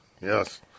yes